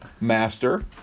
Master